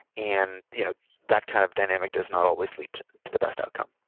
and you know that kind of dynamic does not always leads to the best outcome.